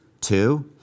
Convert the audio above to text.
Two